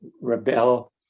rebel